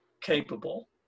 capable